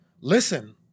Listen